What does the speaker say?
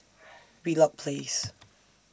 Wheelock Place